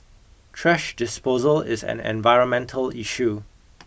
trash disposal is an environmental issue